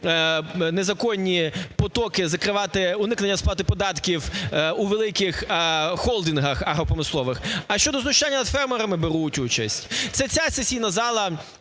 незаконні потоки, закривати уникнення сплати податків у великих холдингах агропромислових, а щодо знущання над фермерами беруть участь. Це ця сесійна зала